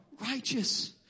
righteous